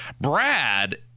Brad